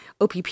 OPP